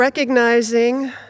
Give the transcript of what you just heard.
Recognizing